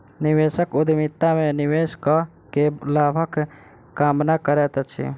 निवेशक उद्यमिता में निवेश कअ के लाभक कामना करैत अछि